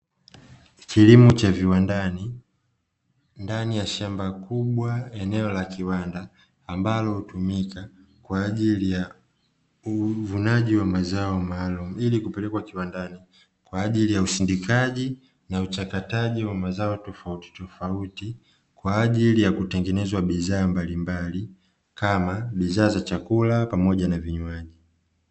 Kilimo cha viwandani ndani ya shamba kubwa eneo la kiwanda; ambalo hutumika kwa ajili ya uvunaji wa mazao maalumu, ili kupelekwa viwandani kwa ajili ya usindikaji na uchakataji wa mazao tofauti tofauti kwa ajili ya kutengenezwa bidhaa mbali mbali kama bidhaa za chakula pamoja na vinywaji.